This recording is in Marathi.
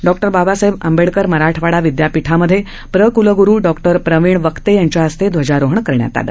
डॉ बाबासाहेब आंबेडकर मराठवाडा विद्यापीठामधे प्र क्लग्रू डॉ प्रविण वक्ते यांच्या हस्ते ध्वजारोहण करण्यात आलं